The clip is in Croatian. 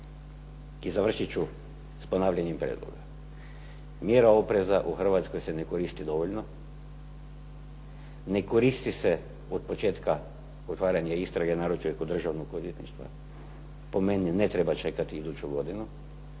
I završit ću sa ponavljanjem prijedloga. Mjera opreza u Hrvatskoj se ne koristi dovoljno, ne koristi se kod početka otvaranja istrage, naročito kod Državnog odvjetništva, po meni se ne treba čekati iduću godinu,